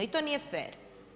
I to nije fer.